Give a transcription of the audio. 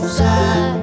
side